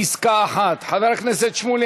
פסקה (1) חבר הכנסת שמולי,